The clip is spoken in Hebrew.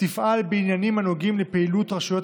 תפעל בעניינים הנוגעים לפעילות רשויות